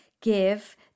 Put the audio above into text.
give